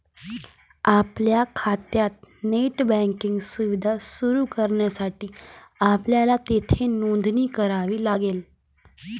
आपल्या खात्यात net banking सुविधा सुरू करण्यासाठी आपल्याला येथे नोंदणी करावी लागेल